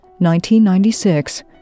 1996